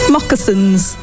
Moccasins